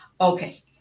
Okay